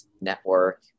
network